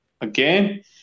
again